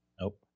Nope